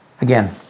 again